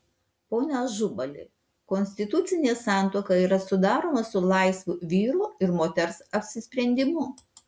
pone ažubali konstitucinė santuoka yra sudaroma laisvu vyro ir moters apsisprendimu